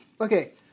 Okay